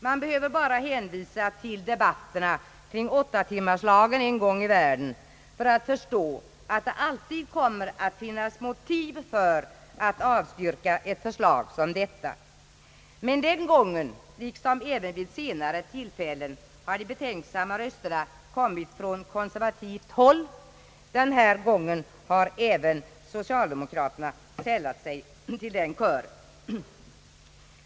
Man behöver bara hänvisa till debatterna kring åttatimmarslagen en gång i världen för att förstå att det alltid kommer att finnas motiv för att avstyrka ett förslag som detta, men den gången liksom även vid senare tillfällen har de betänksamma rösterna kommit från konservativt håll. Den här gången har även socialdemokraterna sällat sig till denna kör.